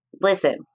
Listen